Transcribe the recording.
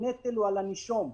הנטל הוא על הנישום.